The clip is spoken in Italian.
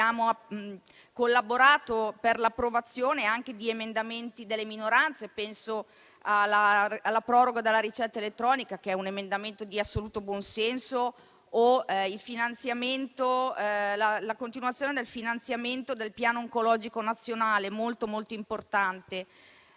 abbiamo collaborato per l'approvazione anche di emendamenti delle minoranze. Penso alla proroga della ricetta elettronica, che è un emendamento di assoluto buonsenso, o alla continuazione del finanziamento del Piano oncologico nazionale, che è molto importante.